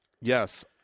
Yes